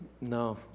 No